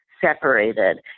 separated